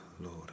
Lord